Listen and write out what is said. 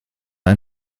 ein